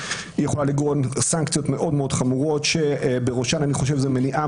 היא יכולה לגרור סנקציות מאוד חמורות שבראשן זה מניעה